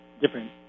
different